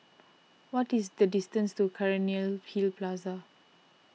what is the distance to Cairnhill Plaza